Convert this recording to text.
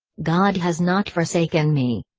god has not forsaken me.